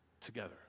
together